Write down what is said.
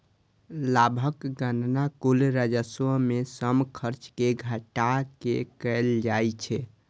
लाभक गणना कुल राजस्व मे सं खर्च कें घटा कें कैल जाइ छै